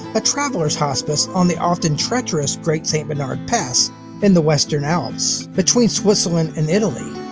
a traveler's hospice on the often treacherous great st. bernard pass in the western alps, between switzerland and italy.